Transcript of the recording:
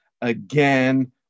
again